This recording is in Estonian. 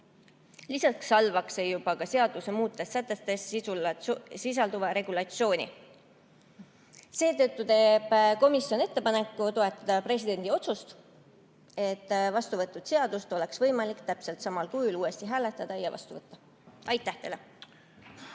Lisaks halvaks see juba seaduse muudes sätetes sisalduva regulatsiooni. Seetõttu teeb komisjon ettepaneku toetada presidendi otsust, et vastuvõetud seadust oleks võimalik täpselt samal kujul uuesti hääletada ja vastu võtta. Aitäh teile!